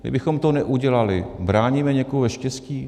Kdybychom to neudělali, bráníme někomu ve štěstí?